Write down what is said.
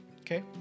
Okay